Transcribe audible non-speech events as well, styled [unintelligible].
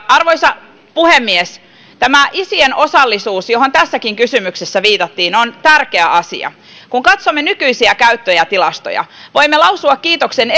arvoisa puhemies tämä isien osallisuus johon tässäkin kysymyksessä viitattiin on tärkeä asia kun katsomme nykyisiä käyttäjätilastoja voimme lausua kiitoksen [unintelligible]